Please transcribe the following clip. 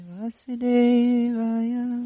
Vasudevaya